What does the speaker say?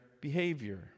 behavior